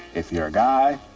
if you're a guy,